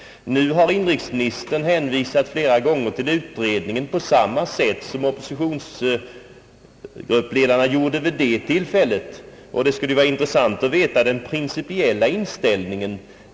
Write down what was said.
Nu har inrikesministern flera gånger hänvisat till utredningen på samma sätt som op Ppositionsgruppsledarna gjorde vid detta tillfälle, och det skulle vara intressant att få veta den principiella inställningen.